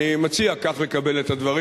אני מציע כך לקבל את הדברים.